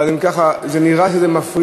אבל יש לי, אבל אם כך, נראה שזה מפריע.